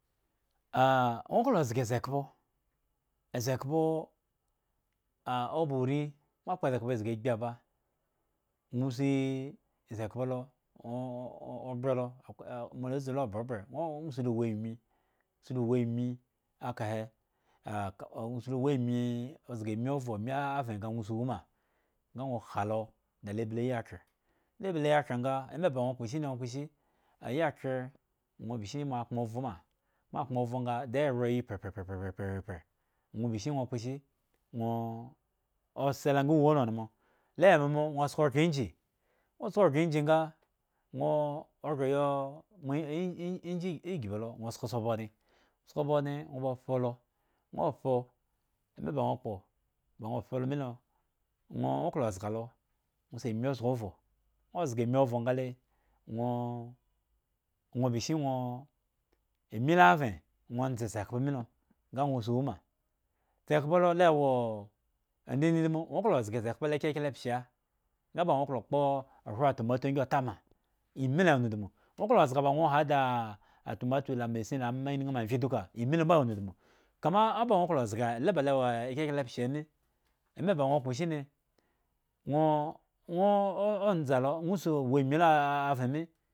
nwo klo zga sekhpo esekhpoo oba ri ma kpo sekhpa zgi agbi aba nwo sii esekhpo lo nwoo o bre lo ma la zu lo ma obre bre o nwosi lo wu ami zga ami ovro ami vren nga nwo si lo wu ma nga nwo kha lo de le blu ayikre de bl yikre nga eme ba nwo kpo shine nwo kposi aykre nwo bishin mo pkreen ovro ma, ma pkren ovro nga de ure ayi prepreprepre nwo bi shin nwo kposhi nwoo ose lo nga wu on unmo le mmo nwo sko gre ingine nwo sko gre ingine nga nwoo o gro yo ingine ghbi lo nwo gre yo sko soo bs odne sko bo odne nwo bo phpo lo nwo phpo omba ba nwo kpo ba nwo phpolo mi lo nwo wo zga lo nwo si ami zga ovro nwo zga ami ovro ngale nwoo nwo bishin nwo ami la vren nwo ndza sekpa mi lo nya nwo si wu ma sehkpa lo le woo ndindimum nwo klo zga sekhpa lo kyeke pshe nga ba nwo klo kpoo okho atumatu ngi otama imii lo wo ndumdmu nw klo zga ba nwo hadaa atomatu la malin ama iriin ma mvye luka imii lo mbo la wo ndundmu kama oba nwo klo zga ele ba wo ekyekle pshe mi eme ba nwo kpo shi ne nwoo "oo" noza lala nwo si wu ami la vren mi.